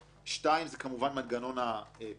שתיים, כמובן מנגנון הפיקוח